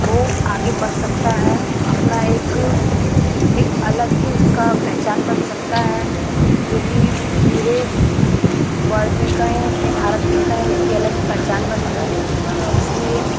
वो आगे बढ़ सकता है अपना एक एक अलग ही उसका पहचान बन सकता है जो कि पूरे वर्ल्ड में कहीं अपने भारत में कहीं उसकी अलग पहचान बनेगी इसलिए